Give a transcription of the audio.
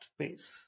space